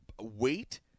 weight